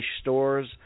stores